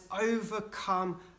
overcome